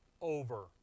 over